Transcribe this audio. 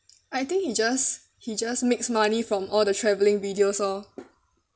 I think he just he just makes money from all the travelling videos lor